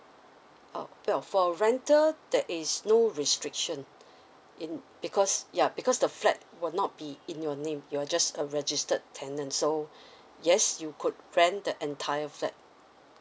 oh well for rental there is no restriction in because ya because the flat will not be in your name you're just a registered tenant so yes you could rent the entire flat